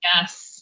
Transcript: Yes